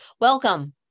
Welcome